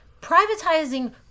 privatizing